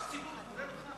איש ציבור, זה כולל אותך.